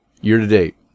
year-to-date